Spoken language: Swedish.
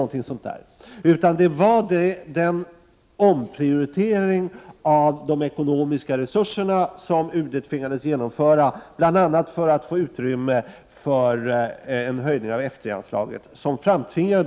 Åtgärden framtvingades av den omprioritering av de ekonomiska resurserna som UD tvingades genomföra, bl.a. för att få utrymme för en höjning av F 3-anslaget.